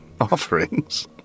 offerings